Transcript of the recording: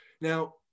now